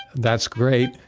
that's great.